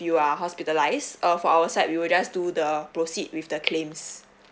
you are hospitalized uh for our side we will just do the proceed with the claims